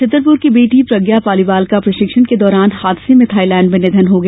छतरपुर की बेटी प्रज्ञा पालीवाल का प्रशिक्षण के दौरान हादसे में थाईलैंड में निधन हो गया